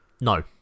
no